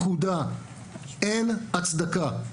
אין הצדקה.